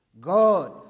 God